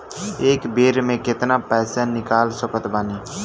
एक बेर मे केतना पैसा निकाल सकत बानी?